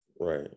Right